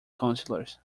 councillors